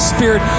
Spirit